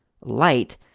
light